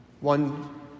One